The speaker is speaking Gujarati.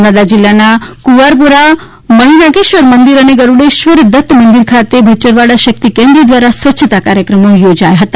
નર્મદા જીલ્લાના કુવારપુરાના મણીનાગેશ્વર મંદીર અને ગરૂડેશ્વર દત મંદીર ખાતે ભયરવાડા શકિત કેન્દ્ર ધ્વારા સ્વચ્છતા કાર્યક્રમ યોજાયો હતો